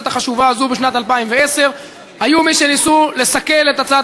אנחנו עוברים להצעת החוק הבאה: הצעת